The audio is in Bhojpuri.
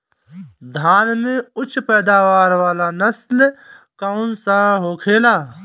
धान में उच्च पैदावार वाला नस्ल कौन सा होखेला?